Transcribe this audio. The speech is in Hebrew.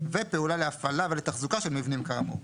ופעולה להפעלה ולתחזוקה של מבנים כאמור,